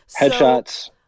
headshots